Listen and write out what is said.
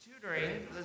tutoring